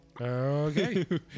Okay